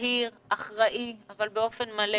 זהיר ואחראי אבל באופן מלא